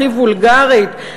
הכי וולגרית,